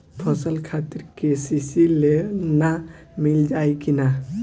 फसल खातिर के.सी.सी लोना मील जाई किना?